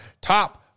top